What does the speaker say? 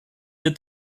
wir